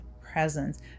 presence